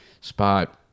spot